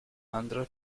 andhra